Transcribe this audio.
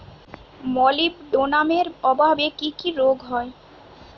মলিবডোনামের অভাবে কি কি রোগ হয়?